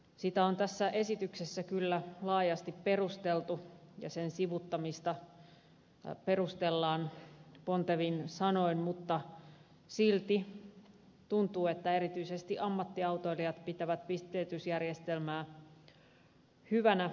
sitä on tässä esityksessä kyllä laajasti perusteltu ja sen sivuuttamista perustellaan pontevin sanoin mutta silti tuntuu että erityisesti ammattiautoilijat pitävät pisteytysjärjestelmää hyvänä